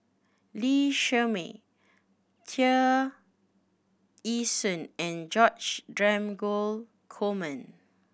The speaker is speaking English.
Lee Shermay Tear Ee Soon and George Dromgold Coleman